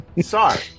Sorry